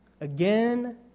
again